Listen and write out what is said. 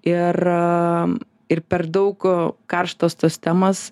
ir ir per daug karštos tos temos